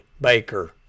Baker